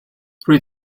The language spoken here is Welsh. rwyt